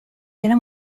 della